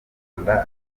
rwanda